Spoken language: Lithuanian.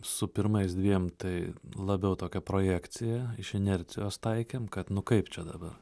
su pirmais dviem tai labiau tokia projekcija iš inercijos taikėm kad nu kaip čia dabar